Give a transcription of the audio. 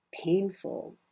painful